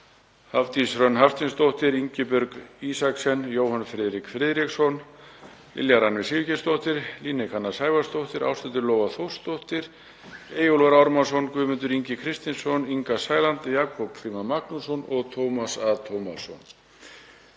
Hafdís Hrönn Hafsteinsdóttir, Ingibjörg Isaksen, Jóhann Friðrik Friðriksson, Lilja Rannveig Sigurgeirsdóttir, Líneik Anna Sævarsdóttir, Ásthildur Lóa Þórsdóttir, Eyjólfur Ármannsson, Guðmundur Ingi Kristinsson, Inga Sæland, Jakob Frímann Magnússon og Tómas A. Tómasson.